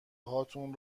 هاتون